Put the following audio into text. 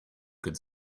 could